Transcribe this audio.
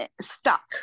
stuck